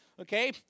Okay